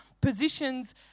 positions